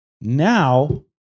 now